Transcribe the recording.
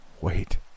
wait